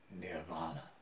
nirvana